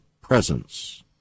presence